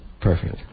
perfect